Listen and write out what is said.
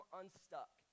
unstuck